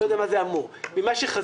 לא יודע מה זה אמור, ממה שחזינו.